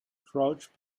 crouch